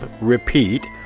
repeat